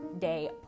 day